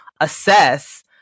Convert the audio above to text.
assess